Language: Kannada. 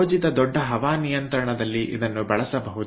ಯೋಜಿತ ದೊಡ್ಡ ಹವಾನಿಯಂತ್ರಣದಲ್ಲಿ ಇದನ್ನು ಬಳಸಬಹುದು